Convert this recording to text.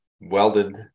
welded